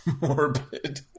morbid